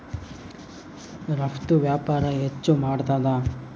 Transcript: ರಫ್ತು ವ್ಯಾಪಾರ ಹೆಚ್ಚು ಮಾಡ್ತಾದ